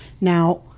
Now